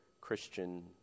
Christian